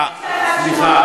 זה לא לאחרונה,